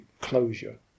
closure